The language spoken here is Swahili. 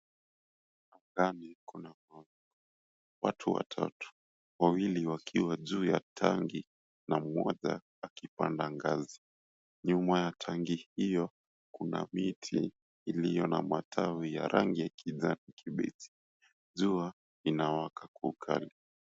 Ndani kuna watu watatu, wawili wakiwa juu ya tangi na oja akipanda ngazi nyuma ya tangi hio kuna miti iliyo na matawi ya rangi ya kibichi. Jua linawaka kwa ukali.